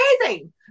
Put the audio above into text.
amazing